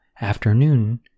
afternoon